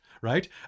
right